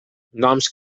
noms